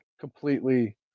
completely